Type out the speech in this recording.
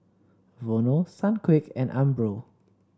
Vono Sunquick and Umbro